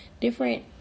different